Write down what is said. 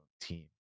team